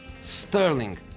Sterling